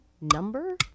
Number